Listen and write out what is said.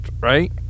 right